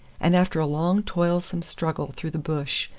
and after a long toilsome struggle through the bush,